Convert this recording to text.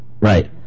Right